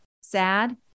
sad